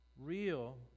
real